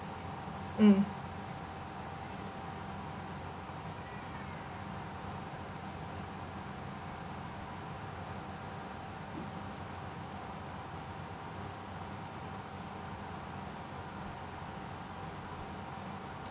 mm